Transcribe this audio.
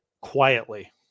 quietly